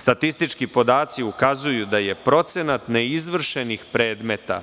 Statistički podaci ukazuju da je procenat neizvršenih predmeta